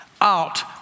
out